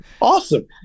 Awesome